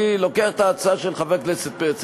אני לוקח את ההצעה של חבר הכנסת פרץ